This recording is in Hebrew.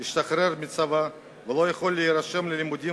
ישתחרר מהצבא ולא יוכל להירשם ללימודים